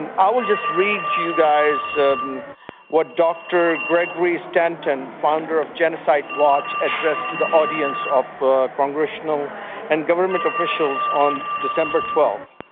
um i will just read you guys what dr. gregory stanton, founder of genocide watch, addressed to the audience of the congressional and government officials on december twelve.